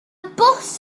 bws